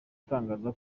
itangaza